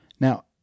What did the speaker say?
Now